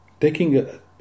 taking